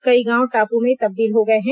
कई गांव टापू में तब्दील हो गए हैं